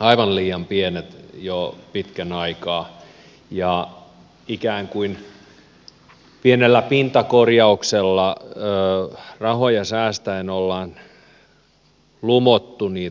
aivan liian pienet jo pitkän aikaa ja ikään kuin pienellä pintakorjauksella rahoja säästäen on lumottu niitä korjauksia